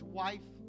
wife